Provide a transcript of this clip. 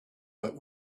but